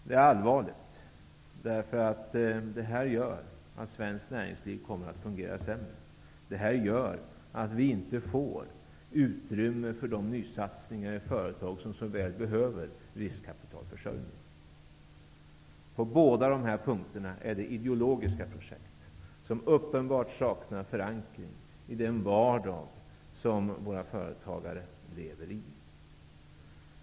Det är allvarligt, eftersom detta gör att svenskt näringsliv kommer att fungera sämre. Detta gör att vi inte får utrymme för nysatsningar i de företag som så väl behöver riskkapitalförsörjning. I båda dessa fall handlar det om ideologiska projekt som uppenbarligen saknar förankring i den vardag som våra företagare lever i.